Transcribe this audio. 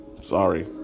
Sorry